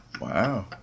Wow